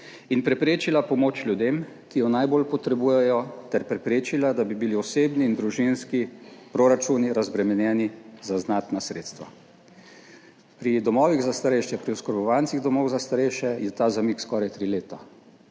in preprečila pomoč ljudem, ki jo najbolj potrebujejo, ter preprečila, da bi bili osebni in družinski proračuni razbremenjeni za znatna sredstva. Pri domovih za starejše, pri oskrbovancih domov za starejše je ta zamik skoraj tri leta,